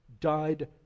died